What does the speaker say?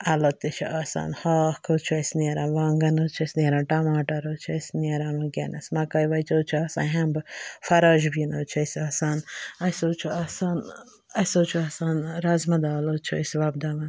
اَلہٕ تہِ چھِ آسان ہاکھ حٕظ چھُ اسہِ نیران وانٛگَن حظ چھِ اسہِ نیران ٹَماٹَر حٕظ چھِ اسہِ نیران وٕنکٮ۪نَس مَکایہِ وچہِ چھِ آسان ہٮ۪مبہٕ فَراش بیٖن حٕظ چھِ آسان اسہِ حظ چھُ آسان اسہِ حظ چھُ آسان رَزما دال حٕظ چھِ أسۍ وۄبداوان تَتھ منٛز